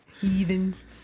heathens